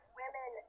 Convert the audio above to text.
women